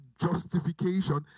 justification